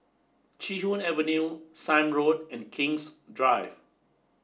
Chee Hoon Avenue Sime Road and King's Drive